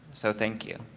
so thank you.